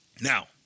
Now